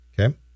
Okay